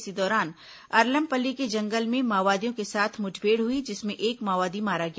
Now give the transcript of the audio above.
इसी दौरान अरलमपल्ली के जंगल में माओवादियों के साथ मुठभेड़ हुई जिसमें एक माओवादी मारा गया